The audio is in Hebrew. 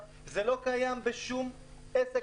מי בעד סעיף 1, כולל